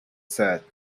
said